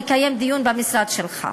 לקיים דיון במשרד שלך.